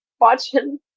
watching